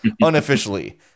unofficially